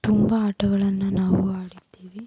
ತುಂಬ ಆಟಗಳನ್ನು ನಾವು ಆಡಿದ್ದೀವಿ